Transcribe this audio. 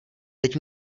teď